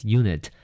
unit